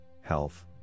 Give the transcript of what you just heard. health